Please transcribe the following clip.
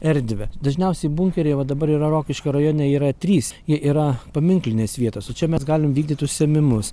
erdvę dažniausiai bunkeryje va dabar yra rokiškio rajone yra trys jie yra paminklinės vietos o čia mes galim vykdyt užsiėmimus